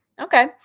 Okay